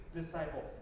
disciple